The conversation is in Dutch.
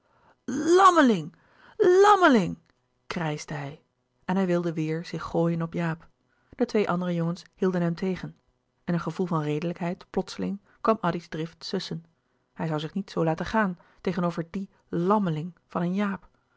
lammeling lammeling krijschte hij en hij wilde weêr zich gooien op jaap de twee andere jongens hielden hem tegen en een gevoel van redelijkheid plotseling kwam addy's drift sussen hij zoû zich niet zoo laten gaan tegenover dien làmmeling van een jaap